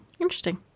Interesting